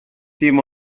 dim